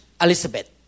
Elizabeth